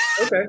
okay